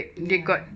ya